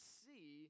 see